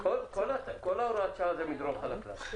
כל הוראת שעה זה מדרון חלקלק.